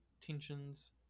tensions